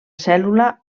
cèl·lula